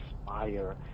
inspire